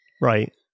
Right